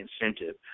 incentive